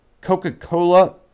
Coca-Cola